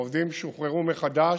העובדים שוחררו מחדש,